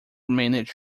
managed